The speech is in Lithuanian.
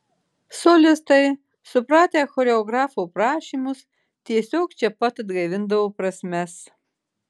solistai supratę choreografo prašymus tiesiog čia pat atgaivindavo prasmes